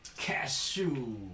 Cashew